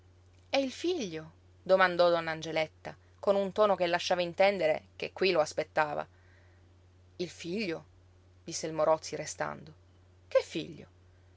e il figlio domandò donna angeletta con un tono che lasciava intendere che qui lo aspettava il figlio disse il morozzi restando che figlio